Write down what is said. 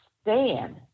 stand